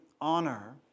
honor